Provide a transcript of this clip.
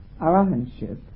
arahanship